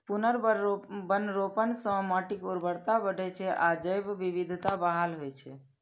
पुनर्वनरोपण सं माटिक उर्वरता बढ़ै छै आ जैव विविधता बहाल होइ छै